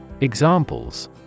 Examples